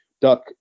Duck